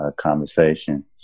conversation